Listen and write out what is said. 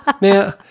Now